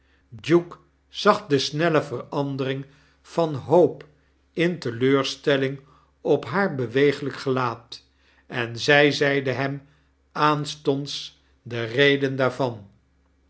duke zagde snelle verandering van hoop in teleurstelling op haar beweeglijk gelaat en zij zeide hem aanstonds de reden daarvan